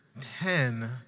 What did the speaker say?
ten